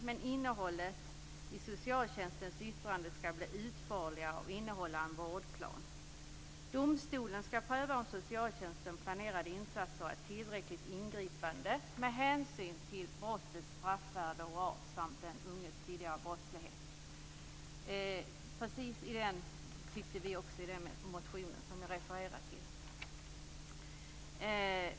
Men innehållet i socialtjänstens yttrande skall bli utförligare och innehålla en vårdplan. Domstolen skall pröva om socialtjänstens planerade insatser är tillräckligt ingripande med hänsyn till brottets straffvärde och art samt den unges tidigare brottslighet. Precis så tyckte vi också i den motion som jag refererade till.